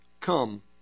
come